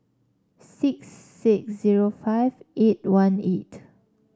six six zero five eight one eight